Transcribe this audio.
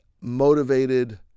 motivated